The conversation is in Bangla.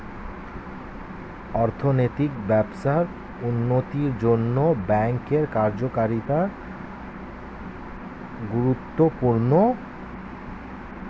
অর্থনৈতিক ব্যবস্থার উন্নতির জন্যে ব্যাঙ্কের কার্যকারিতা গুরুত্বপূর্ণ